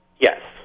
Yes